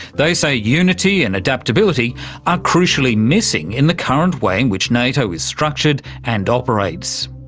they say unity and adaptability are crucially missing in the current way in which nato is structured and operates.